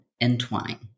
entwine